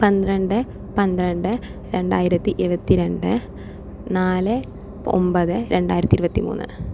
പന്ത്രണ്ട് പന്ത്രണ്ട് രണ്ടായിരത്തി ഇരുപത്തി രണ്ട് നാല് ഒൻപത് രണ്ടായിരത്തി ഇരുപത്തി മൂന്ന്